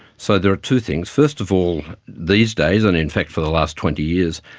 so there are two things. first of all, these days and in fact for the last twenty years,